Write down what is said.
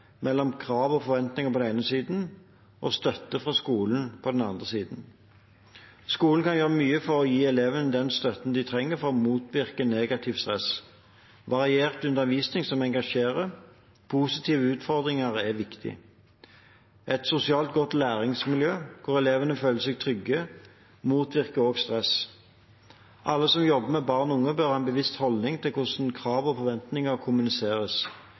mellom krav og forventninger på den ene siden og støtte fra skolen på den andre siden. Skolene kan gjøre mye for å gi elevene den støtten de trenger for å motvirke negativt stress. Variert undervisning som engasjerer, og positive utfordringer er viktig. Et sosialt godt læringsmiljø hvor elevene føler seg trygge, motvirker også stress. Alle som jobber med barn og unge, bør ha en bevisst holdning til hvordan krav og forventninger kommuniseres.